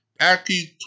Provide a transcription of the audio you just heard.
Aki